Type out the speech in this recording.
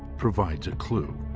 provides a clue.